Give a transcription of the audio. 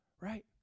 right